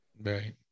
Right